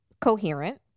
coherent